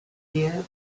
year